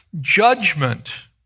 judgment